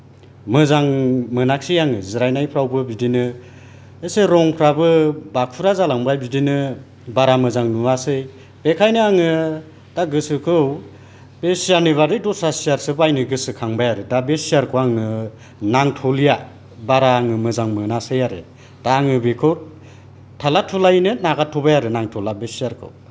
मोजां मोनाखसै आङो जिरायनायफ्रावबो बिदिनो एसे रंफ्राबो बाखुरा जालांबाय बिदिनो बारा मोजां नुवासै बेखायनो आङो दा गोसोखौ बे सियारनि बादै दस्रा सियारसो बायनो गोसोखांबाय आरो दा बे सियारखौ आङो नांथ'लिया बारा आङो मोजां मोनासै आरो दा आङो बेखौ थाल्ला थुल्लायैनो नागारथ'बाय आरो नांथला बे सियारखौ